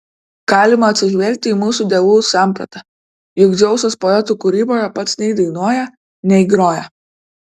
galima atsižvelgti į mūsų dievų sampratą juk dzeusas poetų kūryboje pats nei dainuoja nei groja